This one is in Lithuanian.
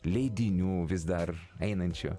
leidinių vis dar einančių